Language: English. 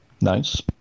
nice